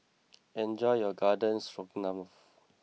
enjoy your Garden Stroganoff